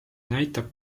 näitab